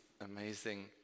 amazing